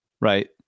right